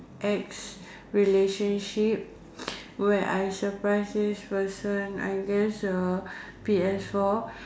ex relationship where I surprise this person I guess a P_S four